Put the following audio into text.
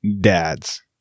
dads